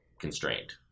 constrained